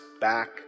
back